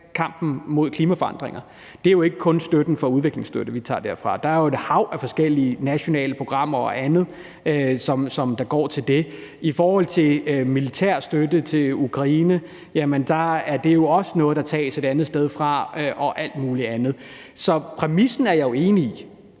kampen mod klimaforandringer. Det er jo ikke kun udviklingsstøtten, vi tager fra til det. Der er et hav af forskellige nationale programmer og andet, som går til det. I forhold til militær støtte til Ukraine er det jo også noget, der tages et andet sted fra osv. Så præmissen er jeg enig i,